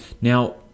Now